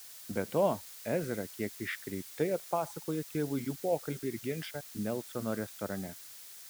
be to ezra kiek iškreiptai atpasakojo tėvui jų pokalbį ir ginčą nelsono restorane